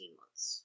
months